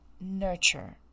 nurture